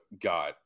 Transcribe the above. got